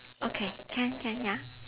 okay can can ya